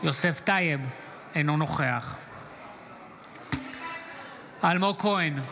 יוסף טייב, אינו נוכח אלמוג כהן,